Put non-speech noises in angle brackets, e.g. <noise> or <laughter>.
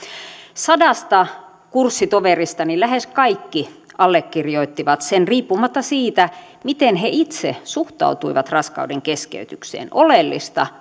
sadasta kurssitoveristani lähes kaikki allekirjoittivat sen riippumatta siitä miten he itse suhtautuivat raskaudenkeskeytykseen oleellista <unintelligible>